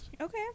Okay